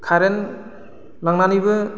खारेन्ट लांनानैबो